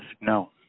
No